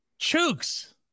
Chooks